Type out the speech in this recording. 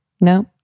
no